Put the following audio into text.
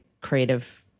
creative